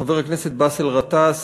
חבר הכנסת באסל גטאס,